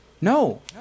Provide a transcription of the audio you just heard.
No